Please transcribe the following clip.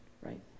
right